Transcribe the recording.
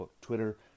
Twitter